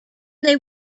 they